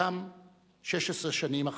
גם 16 שנים אחרי.